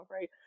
right